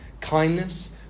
kindness